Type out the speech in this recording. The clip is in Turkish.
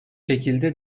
şekilde